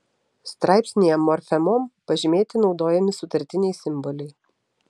straipsnyje morfemom pažymėti naudojami sutartiniai simboliai